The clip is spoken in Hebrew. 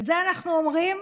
את זה אנחנו אומרים